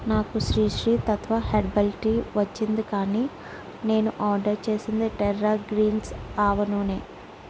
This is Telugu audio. నాకు శ్రీ శ్రీ తత్వా హెర్బల్ టీ వచ్చింది కానీ నేను ఆర్డర్ చేసింది టెర్రా గ్రీన్స్ ఆవ నూనె